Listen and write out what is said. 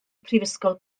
prifysgol